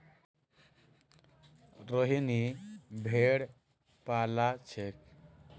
रोहिनी भेड़ पा ल छेक